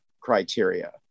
criteria